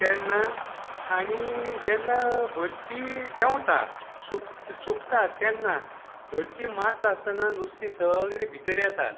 तेन्ना आनी जेन्ना भरती देंवता सुक सुकता तेन्ना भरती मारता आसतना नुस्तें सगलें भितर येता